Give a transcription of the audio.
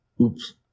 Oops